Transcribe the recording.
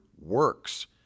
works